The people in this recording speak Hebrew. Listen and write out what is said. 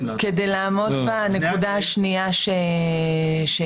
--- כדי לעמוד בנקודה השנייה שהקראת,